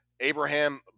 Abraham